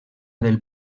del